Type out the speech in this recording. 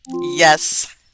Yes